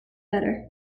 better